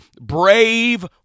brave